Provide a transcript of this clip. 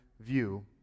view